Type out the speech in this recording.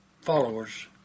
followers